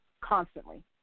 constantly